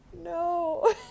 No